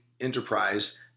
enterprise